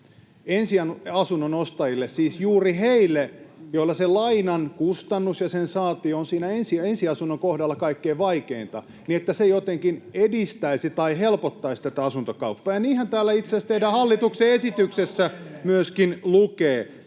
ensiasunnon ostajille, siis juuri heille, joilla se lainan kustannus ja sen saanti on siinä ensiasunnon kohdalla kaikkein vaikeinta, jotenkin edistäisi tai helpottaisi tätä asuntokauppaa. Ja niinhän itse asiassa täällä teidän hallituksen esityksessänne myöskin lukee.